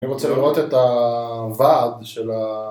אני רוצה לראות את ה...ועד, של ה...